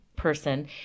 Person